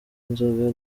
inzoga